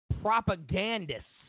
propagandists